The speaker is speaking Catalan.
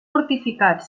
fortificat